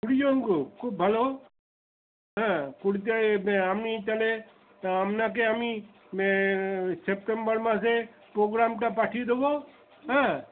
খুব ভালো হ্যাঁ আমি তাহলে আপনাকে আমি সেপ্টেম্বর মাসে পোগ্রামটা পাঠিয়ে দেবো হ্যাঁ